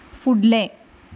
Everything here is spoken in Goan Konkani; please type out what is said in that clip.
फुडलें